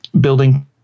building